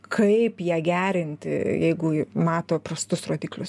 kaip ją gerinti jeigu mato prastus rodiklius